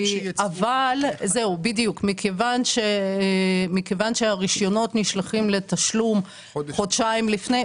אבל מכיוון שהרישיונות נשלחים לתשלום חודשיים לפני,